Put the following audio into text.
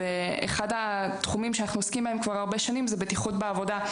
אחד התחומים שאנחנו עוסקים בהם כבר הרבה שנים זה בטיחות בעבודה.